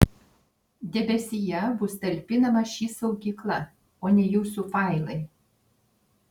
debesyje bus talpinama ši saugykla o ne jūsų failai